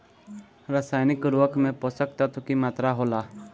रसायनिक उर्वरक में पोषक तत्व की मात्रा होला?